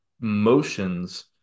motions